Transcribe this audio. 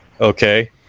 Okay